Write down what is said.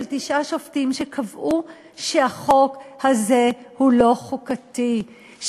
תשעה שופטים שקבעו שהחוק הזה הוא לא חוקתי,